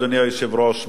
אדוני היושב-ראש,